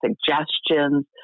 suggestions